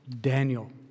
Daniel